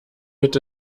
mit